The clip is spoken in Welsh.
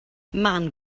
man